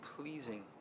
pleasing